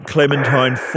Clementine